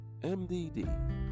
MDD